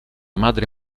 madre